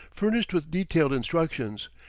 furnished with detailed instructions,